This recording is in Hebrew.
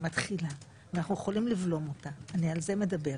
היא מתחילה ואנחנו יכולים לבלום אותה ועל זה אני מדברת.